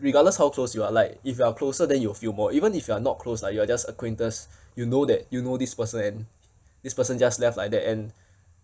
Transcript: regardless how close you are like if you are closer that you will feel more even if you are not close like you are just acquaintance you know that you know this person and this person just left like that and